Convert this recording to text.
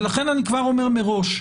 ולכן אני כבר אומר מראש,